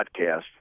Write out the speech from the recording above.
podcast